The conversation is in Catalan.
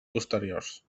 posteriors